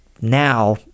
now